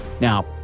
Now